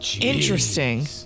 Interesting